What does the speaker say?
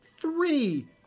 three